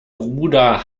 bruder